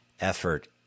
effort